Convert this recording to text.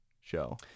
show